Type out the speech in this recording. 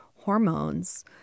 Hormones